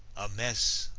a mess,